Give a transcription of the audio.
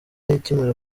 ikimara